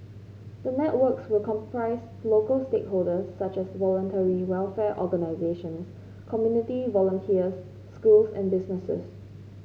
the networks will comprise local stakeholders such as Voluntary Welfare Organisations community volunteers schools and businesses